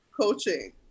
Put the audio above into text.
coaching